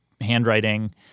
handwriting